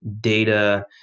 data